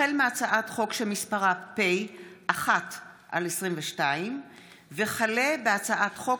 החל בהצעת חוק פ/1/22 וכלה בהצעת חוק